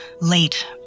late